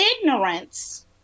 ignorance